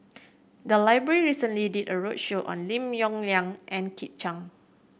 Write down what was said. the library recently did a roadshow on Lim Yong Liang and Kit Chan